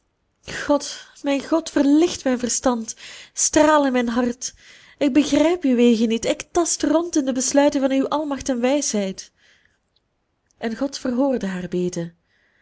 god mijn god verlicht mijn verstand straal in mijn hart ik begrijp uw wegen niet ik tast rond in de besluiten van uw almacht en wijsheid en god verhoorde haar bede